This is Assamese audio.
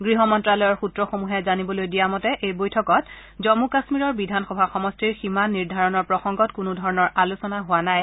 গৃহ মন্ত্যালয়ৰ সূত্ৰসমূহে জানিবলৈ দিয়া মতে এই বৈঠকত জম্ম কাম্মীৰৰ বিধানসভা সমষ্টিৰ সীমা নিৰ্ধাৰণৰ প্ৰসংগত কোনো ধৰণৰ আলোচনা হোৱা নাই